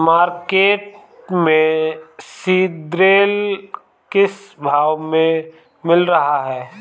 Market में सीद्रिल किस भाव में मिल रहा है?